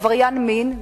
עבריין מין,